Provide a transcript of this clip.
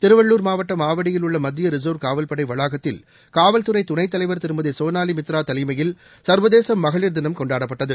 திருவள்ளூர் மாவட்டம் ஆவடியில் உள்ள மத்திய ரிசர்வ் காவல்படை வளாகத்தில் காவல்துறை துணைத் தலைவர் திருமதி சோனாலி மித்ரா தலைமையில் சர்வதேச மகளிர் தினம் கொண்டாப்பட்டது